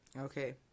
Okay